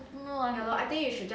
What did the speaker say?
don't know ah